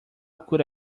could